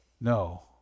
No